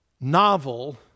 novel